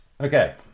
Okay